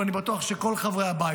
אני בטוח שכל חברי הבית,